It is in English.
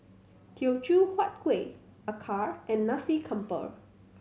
Teochew Huat Kueh acar and Nasi Campur